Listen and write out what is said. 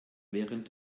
während